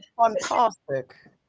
Fantastic